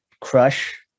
crush